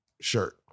shirt